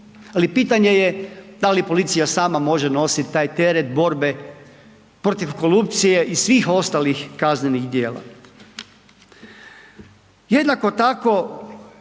ali pitanje je da li policija sama može nosit taj teret borbe protiv korupcije i svih ostalih kaznenih dijela. Jednako tako